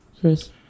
Chris